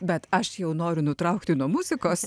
bet aš jau noriu nutraukti nuo muzikos